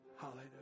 Hallelujah